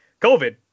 Covid